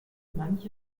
manche